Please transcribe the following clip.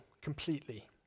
completely